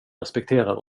respekterar